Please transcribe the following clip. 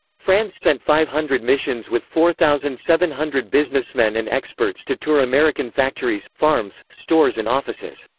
france sent five hundred missions with four thousand seven hundred businessmen and experts to tour american factories, farms, stores and offices.